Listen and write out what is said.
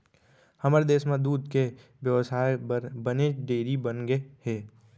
हमर देस म दूद के बेवसाय बर बनेच डेयरी बनगे हे